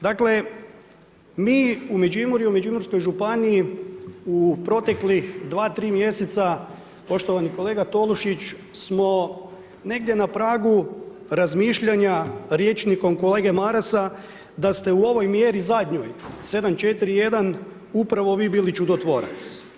Dakle, mi u Međimurju, u Međimurskoj županiji u proteklih 2, 3 mjeseca, poštovani kolega Tolušić smo negdje na pragu razmišljanja riječnikom kolege Marasa da ste u ovoj mjeri zadnjoj 7.4.1. upravo vi bili čudotvorac.